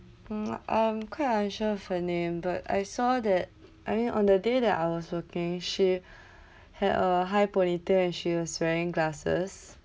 mm I'm quite unsure of her name but I saw that I mean on the day that I was working she had a high ponytail and she was wearing glasses